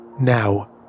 Now